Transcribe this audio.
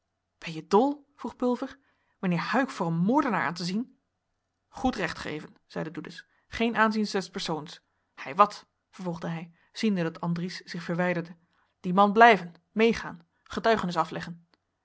ben je dol vroeg pulver mijnheer huyck voor een moordenaar aan te zien goed recht geven zeide doedes geen aanziens des persoons hei wat vervolgde hij ziende dat andries zich verwijderde die man blijven meegaan getuigenis afleggen